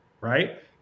right